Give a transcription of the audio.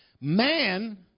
Man